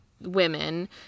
women